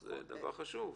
זה דבר חשוב.